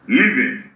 living